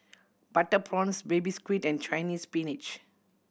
butter prawns Baby Squid and Chinese Spinach